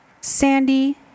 Sandy